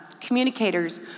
communicators